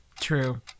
True